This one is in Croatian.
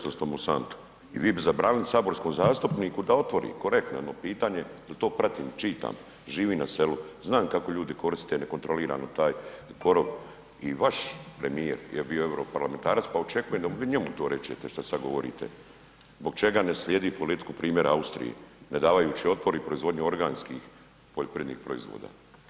Monsanta i vi bi zabranili saborskom zastupniku da otvori, korektno jedno pitanje jer to pratim, čitam, živim na selu, znam kako ljudi koriste nekontrolirano taj korov i vaš premijer je bio europarlamentarac pa očekujem da vi njemu to rečete šta sad govorite, zbog čega ne slijedi politiku primjera Austrije, ne davaju otpora i proizvodnju organskih poljoprivrednih proizvoda.